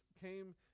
came